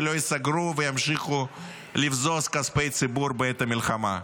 שלא ייסגרו וימשיכו לבזוז כספי ציבור בעת המלחמה.